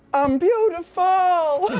i'm beautiful,